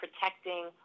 protecting